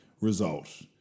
result